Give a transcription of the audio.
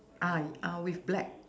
uh uh with black